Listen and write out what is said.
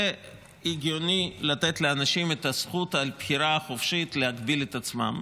זה הגיוני לתת לאנשים את זכות הבחירה החופשית להגביל את עצמם.